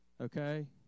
okay